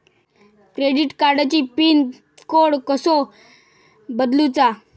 Credit कार्डची pin code कसो बदलुचा?